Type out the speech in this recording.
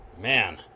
Man